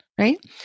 right